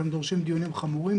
הם דורשים דיונים חמורים,